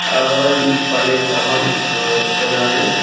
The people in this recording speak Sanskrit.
आ यः पाण्डेयः अहं वदामि